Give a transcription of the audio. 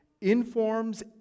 informs